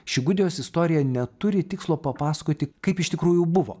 ši gudijos istorija neturi tikslo papasakoti kaip iš tikrųjų buvo